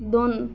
دۄن